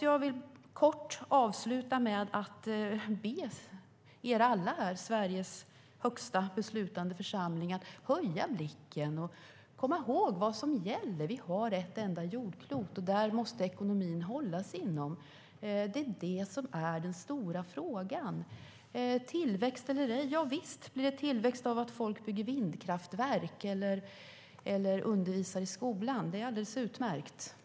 Jag vill kort avsluta med att be er alla här i kammaren - Sveriges högst beslutande församling - att höja blicken och komma ihåg vad som gäller: Vi har ett enda jordklot. Ekonomin måste hållas inom det. Det är den stora frågan. Tillväxt eller ej? Javisst, om det blir tillväxt av att folk bygger vindkraftverk eller undervisar i skolan är det alldeles utmärkt.